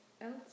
else